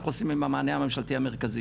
אנחנו עושים עם המענה הממשלתי המרכזי,